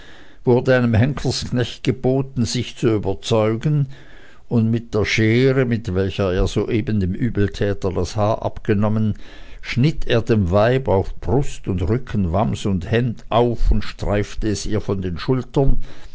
wurde einem henkersknecht geboten sich zu überzeugen und mit der schere mit welcher er soeben dem übeltäter das haar abgenommen schnitt er dem weibe auf brust und rücken wams und hemd auf und streifte es ihr von den schultern